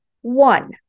One